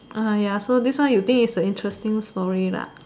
uh ya so this one you think is the interesting story lah